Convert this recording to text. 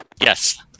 Yes